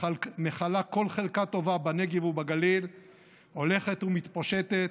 ומכלה כל חלקה טובה בנגב ובגליל הולכת ומתפשטת,